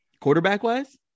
Quarterback-wise